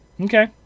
Okay